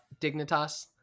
Dignitas